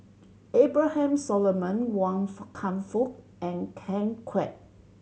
Abraham Solomon Wan Kam Fook and Ten Kwek